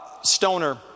Stoner